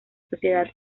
sociedad